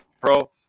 Pro